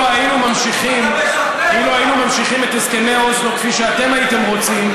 אילו היינו ממשיכים את הסכמי אוסלו כפי שאתם הייתם רוצים,